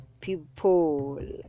people